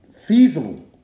feasible